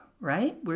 right